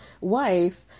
wife